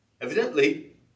Evidently